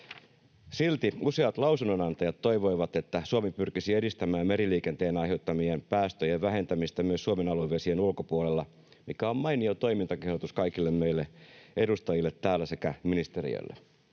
Silti useat lausunnonantajat toivoivat, että Suomi pyrkisi edistämään meriliikenteen aiheuttamien päästöjen vähentämistä myös Suomen aluevesien ulkopuolella, mikä on mainio toimintakehotus kaikille meille edustajille täällä sekä ministeriölle.